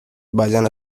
vayan